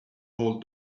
hold